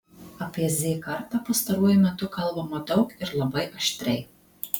apie z kartą pastaruoju metu kalbama daug ir labai aštriai